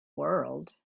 world